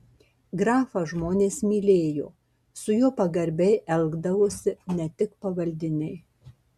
grafą žmonės mylėjo su juo pagarbiai elgdavosi ne tik pavaldiniai